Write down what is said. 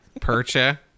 Percha